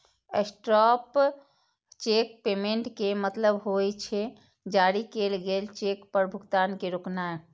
stop cheque payment के मतलब होइ छै, जारी कैल गेल चेक पर भुगतान के रोकनाय